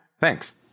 Thanks